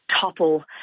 Topple